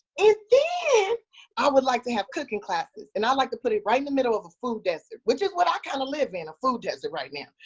then i would like to have cooking classes. and i'd like to put it right in the middle of a food desert, which is what i kind of live in, a food desert right now.